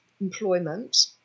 employment